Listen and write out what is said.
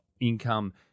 income